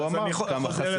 הוא אמר כמה חסר.